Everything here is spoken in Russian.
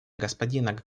господина